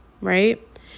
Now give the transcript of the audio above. right